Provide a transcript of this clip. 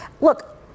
look